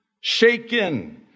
shaken